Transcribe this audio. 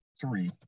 three